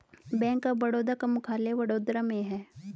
bank of Baroda का मुख्यालय वडोदरा में है